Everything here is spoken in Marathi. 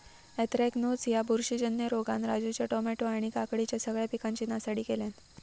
अँथ्रॅकनोज ह्या बुरशीजन्य रोगान राजूच्या टामॅटो आणि काकडीच्या सगळ्या पिकांची नासाडी केल्यानं